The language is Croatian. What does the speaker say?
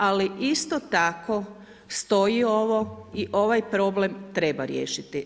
Ali isto tako stoji ovo i ovaj problem treba riješiti.